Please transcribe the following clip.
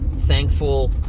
thankful